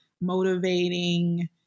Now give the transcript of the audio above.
motivating